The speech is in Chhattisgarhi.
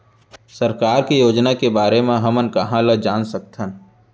सरकार के योजना के बारे म हमन कहाँ ल जान सकथन?